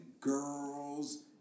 girls